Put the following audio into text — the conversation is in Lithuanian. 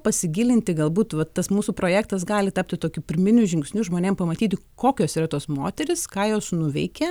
pasigilinti galbūt va tas mūsų projektas gali tapti tokiu pirminiu žingsniu žmonėm pamatyti kokios yra tos moterys ką jos nuveikė